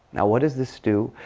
now, what does this do?